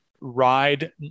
ride